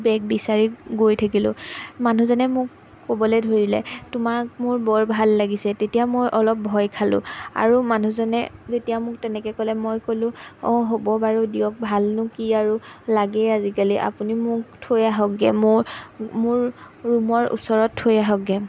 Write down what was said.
বেগ বিচাৰি গৈ থাকিলোঁ মানুহজনে মোক ক'বলৈ ধৰিলে তোমাক মোৰ বৰ ভাল লাগিছে তেতিয়া মই অলপ ভয় খালোঁ আৰু মানুহজনে যেতিয়া মোক তেনেকৈ ক'লে মই ক'লোঁ অঁ হ'ব বাৰু দিয়ক ভালনো কি আৰু লাগেই আজিকালি আপুনি মোক থৈ আহকগৈ মোৰ মোৰ ৰুমৰ ওচৰত থৈ আহকগৈ